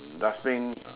dustbin